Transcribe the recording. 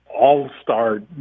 all-star